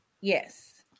Yes